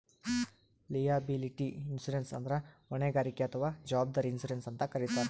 liability insurance ಅಂದ್ರ ಹೊಣೆಗಾರಿಕೆ ಅಥವಾ ಜವಾಬ್ದಾರಿ ಇನ್ಶೂರೆನ್ಸ್ ಅಂತ್ ಕರಿತಾರ್